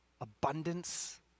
abundance